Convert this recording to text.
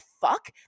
fuck